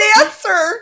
answer